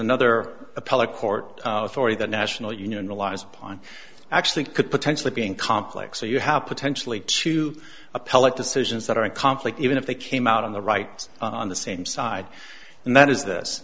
appellate court thore the national union relies upon actually could potentially being complex so you have potentially two appellate decisions that are in conflict even if they came out on the right on the same side and that is this